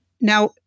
Now